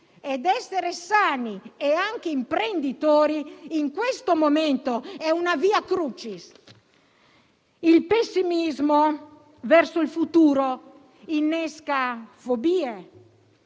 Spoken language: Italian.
ed essere sani e anche imprenditori, in questo momento, è una *via crucis.* Il pessimismo verso il futuro innesca fobie,